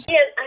Yes